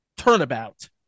Turnabout